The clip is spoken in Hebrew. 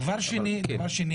דבר שני